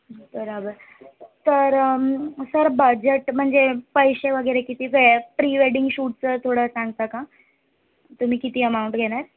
बरोबर तर sir budget म्हणजे पैसे वगैरे किती वे प्री वेडिंग शूटचं थोडं सांगता का तुम्ही किती अमाऊंट घेणार